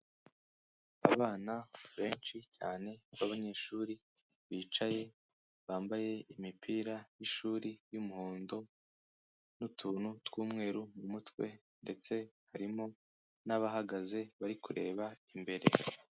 Abana benshi cyane babanyeshuri, bicaye bambaye imipira y' ishuri y' umuhondo n'utuntu tw'umweru mu mutwe ndetse harimo nabahagaze bari kureba imbere.